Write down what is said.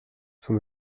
son